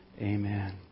Amen